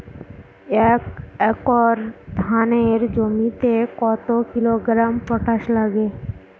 এক একর ধানের জমিতে কত কিলোগ্রাম পটাশ লাগে?